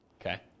Okay